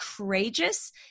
courageous